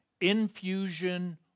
infusion